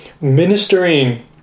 Ministering